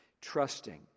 Trusting